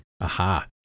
Aha